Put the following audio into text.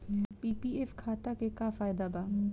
PPF खाता के का फायदा बा?